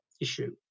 issue